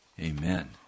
Amen